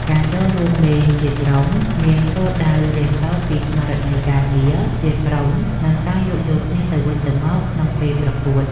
ការចូលរួមលេងជាក្រុមមានគោលដៅរៀនសូត្រពីស្មារតីការងារជាក្រុម និងការយោគយល់គ្នាទៅវិញទៅមកក្នុងពេលប្រកួត។